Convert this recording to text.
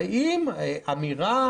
האם אמירה